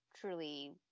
truly